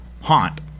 Haunt